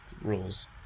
rules